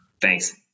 Thanks